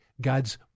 God's